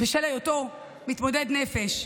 בשל היותו מתמודד נפש,